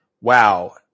wow